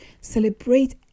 Celebrate